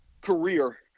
career